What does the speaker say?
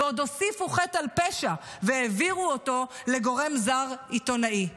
ועוד הוסיפו חטא על פשע והעבירו אותו לגורם עיתונאי זר.